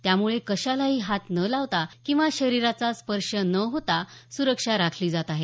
त्यामुळे कशालाही हात न लावता किंवा शरीराचा स्पर्श न होता सुरक्षा राखली जाते